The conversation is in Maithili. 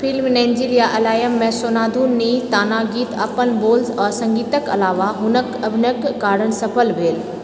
फिल्म नेंजिल या आलयम मे सोनाधु नी ताना गीत अपन बोल आ सङ्गीतके अलावा हुनक अभिनयके कारण सफल भेल